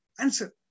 answer